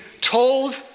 told